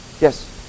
Yes